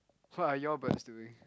what are you all birds doing